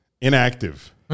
Inactive